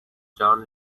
john